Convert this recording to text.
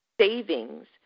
savings